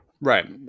Right